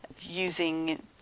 using